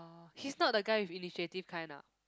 he's not the guy with initiative kind ah